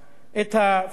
את הפלסטיני.